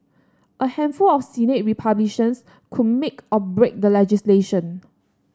a handful of Senate Republicans could make or break the legislation